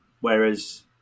Whereas